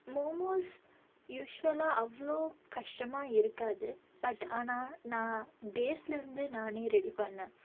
மோமோஸ் யூஸ்வலாக அவ்வளோ கஷ்டமாக இருக்காது பட் ஆனால் நான் பேஸ்லேருந்து நான் ரெடி பண்ணுணேன்